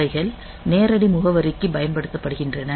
அவைகள் நேரடி முகவரிக்கு பயன்படுத்தப்படுகின்றன